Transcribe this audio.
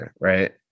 right